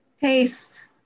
Taste